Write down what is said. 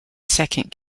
second